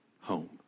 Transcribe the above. home